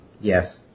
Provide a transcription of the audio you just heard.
Yes